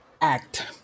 act